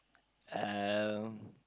um